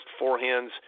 forehands